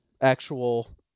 actual